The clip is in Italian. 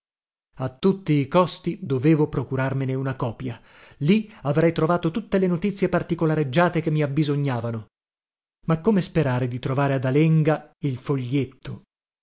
a tutti i costi dovevo procurarmene una copia lì avrei trovato tutte le notizie particolareggiate che mabbisognavano ma come sperare di trovare ad alenga il foglietto